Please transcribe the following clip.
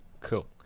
Cool